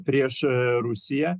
priešą rusiją